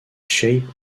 shape